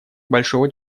большого